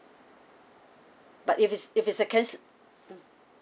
but if it's if it's a can~ mm